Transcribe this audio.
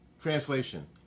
Translation